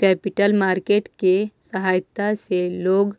capital market के सहायता से लोंग